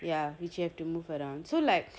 ya which you have to move around so like